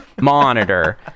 monitor